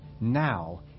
Now